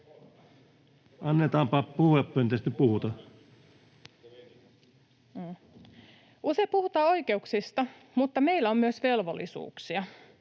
kertoo, että olette terve!] Usein puhutaan oikeuksista, mutta meillä on myös velvollisuuksia.